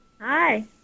Hi